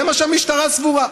זה מה שהמשטרה סבורה.